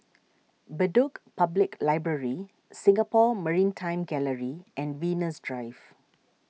Bedok Public Library Singapore Maritime Gallery and Venus Drive